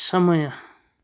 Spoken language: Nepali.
समय